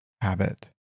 habit